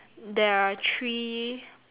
there are three